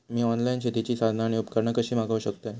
मी online शेतीची साधना आणि उपकरणा कशी मागव शकतय?